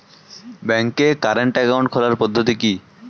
ব্যাংকে current account খোলার পদ্ধতি কি?